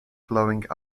glowing